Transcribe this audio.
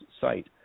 site